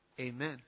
Amen